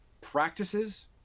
practices